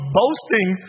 boasting